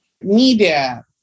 media